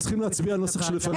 צריכים להצביע על הנוסח שלפנינו.